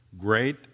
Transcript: Great